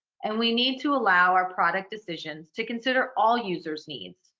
and we need to allow our product decisions to consider all users' needs,